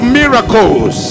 miracles